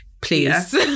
please